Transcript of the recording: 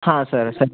ಹಾಂ ಸರ್